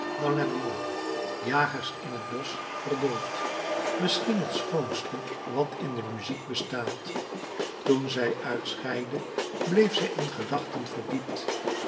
jagers in het bosch verdoold misschien het schoonste wat in de muziek bestaat toen zij uitscheidde bleef zij in gedachten verdiept